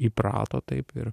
įprato taip ir